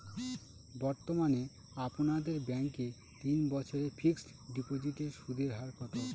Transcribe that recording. বর্তমানে আপনাদের ব্যাঙ্কে তিন বছরের ফিক্সট ডিপোজিটের সুদের হার কত?